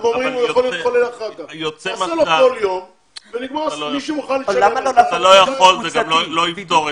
זה גם לא יפתור.